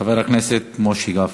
חבר הכנסת משה גפני.